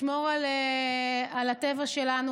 לשמור על הטבע שלנו,